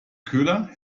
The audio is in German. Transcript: köhler